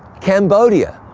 cambodia?